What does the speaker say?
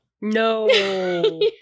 No